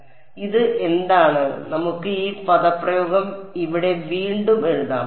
അതിനാൽ ഇത് എന്താണ് നമുക്ക് ഈ പദപ്രയോഗം ഇവിടെ വീണ്ടും എഴുതാം